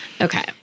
okay